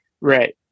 right